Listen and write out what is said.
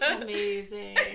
amazing